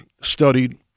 studied